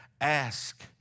Ask